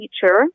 teacher